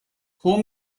home